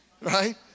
Right